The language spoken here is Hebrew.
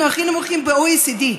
אנחנו הכי נמוכים ב-OECD,